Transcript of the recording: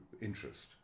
interest